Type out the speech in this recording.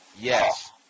Yes